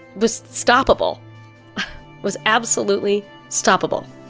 was stoppable was absolutely stoppable